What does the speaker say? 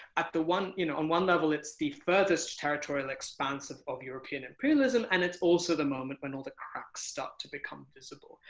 at the one you know on one level, it's the furthest territorial expanse of of european imperialism. and it's also the moment when all the cracks start to become visible.